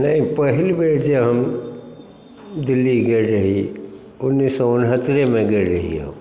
पहिल बेर जे हम दिल्ली गेल रही उन्नैस सए उनहत्तरेमे गेल रहियै हम